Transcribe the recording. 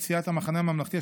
סיעת המחנה הממלכתי,